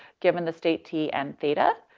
given the state t and theta.